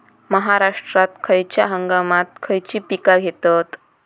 महाराष्ट्रात खयच्या हंगामांत खयची पीका घेतत?